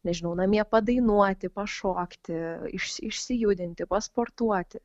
nežinau namie padainuoti pašokti iš išsijudinti pasportuoti